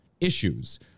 issues